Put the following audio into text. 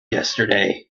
yesterday